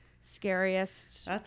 scariest